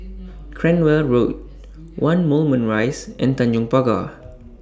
Cranwell Road one Moulmein Rise and Tanjong Pagar